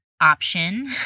option